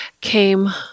came